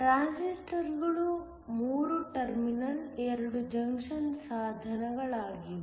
transistor ಗಳು 3 terminal 2 junction ಸಾಧನಗಳಾಗಿವೆ